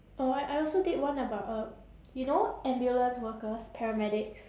oh I I also did one about uh you know ambulance workers paramedics